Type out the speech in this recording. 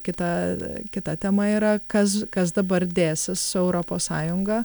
kita kita tema yra kas kas dabar dėsis su europos sąjunga